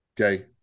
okay